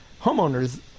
homeowners